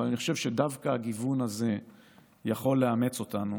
אבל אני חושב שדווקא הגיוון הזה יכול לחבר בינינו,